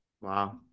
Wow